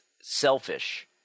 selfish